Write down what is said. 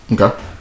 okay